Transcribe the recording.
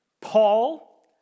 Paul